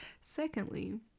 Secondly